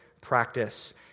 practice